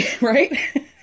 Right